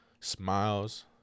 smiles